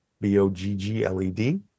B-O-G-G-L-E-D